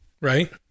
Right